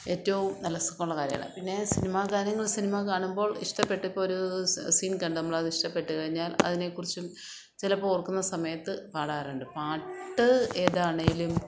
ഏറ്റവും നല്ല സുഖമുള്ള കാര്യമാണ് പിന്നെ സിനിമാഗാനങ്ങൾ സിനിമാ കാണുമ്പോൾ ഇഷ്ടപ്പെട്ടിപ്പൊരൂ സീൻ കണ്ട് നമ്മളതിഷ്ടപ്പെട്ട് കഴിഞ്ഞാൽ അതിനെക്കുറിച്ചും ചിലപ്പോള് ഓർക്കുന്ന സമയത്ത് പാടാറുണ്ട് പാട്ട് ഏതാണേലും